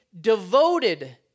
devoted